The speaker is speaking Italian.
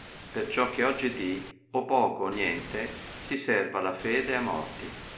morte perciò che oggidì o poco o niente si serva la fede a morti